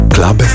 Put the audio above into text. Club